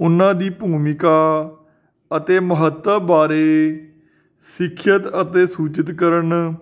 ਉਹਨਾਂ ਦੀ ਭੂਮਿਕਾ ਅਤੇ ਮਹੱਤਵ ਬਾਰੇ ਸਿੱਖਿਅਤ ਅਤੇ ਸੂਚਿਤ ਕਰਨ